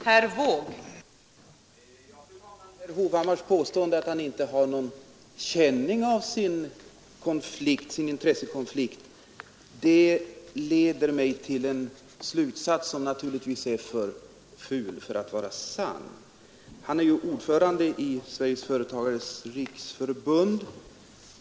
Fru talman! Herr Hovhammars påstående att han inte har någon känning av sin intressekonflikt leder mig till en misstanke, som naturligtvis är för ful för att vara sann. Han är ordförande i Svenska Företagares riksförbund.